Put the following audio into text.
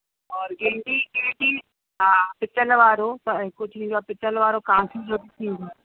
और गेंढी गेंढी हा पितल वारो प कुझु ईंदो आहे पितल वारो कांस जो जो बि जी